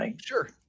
Sure